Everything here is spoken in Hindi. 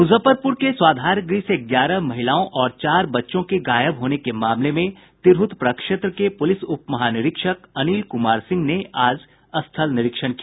मुजफ्फरपुर के स्वाधार गृह से ग्यारह महिलाओं और चार बच्चों के गायब होने के मामले में तिरहुत प्रक्षेत्र के पुलिस उपमहानिरीक्षक अनिल कुमार सिंह ने आज स्थल निरीक्षण किया